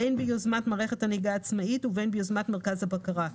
בין ביזמת מערכת הנהיגה העצמאית ובן ביזמת מרכז הבקרה.